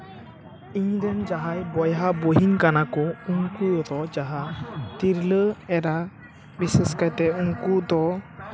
ᱤᱧ ᱨᱮᱱ ᱡᱟᱦᱟᱸᱭ ᱵᱚᱭᱦᱟ ᱵᱩᱦᱤᱱ ᱠᱟᱱᱟ ᱠᱚ ᱩᱱᱠᱩ ᱠᱚ ᱡᱟᱦᱟᱸ ᱛᱤᱨᱞᱟᱹ ᱮᱨᱟ ᱵᱤᱥᱮᱥ ᱠᱟᱭᱛᱮ ᱩᱱᱠᱩ ᱫᱚ